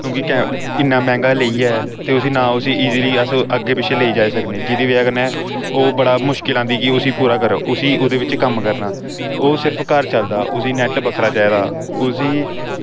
क्योंकि इन्ना मैंह्गा लेइयै ते उस्सी ना उस्सी ईजली अस अग्गें पिच्छें लेई जाई सकनें जेह्दी ब'जा कन्नै ओह् बड़ा मुश्किल औंदी कि उस्सी पूरा करो उस्सी ओह्दे बिच्च कम्म करना ओह् सिर्फ घर चलदा उस्सी नैट्ट बक्खरा चाहिदा उस्सी